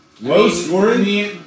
Low-scoring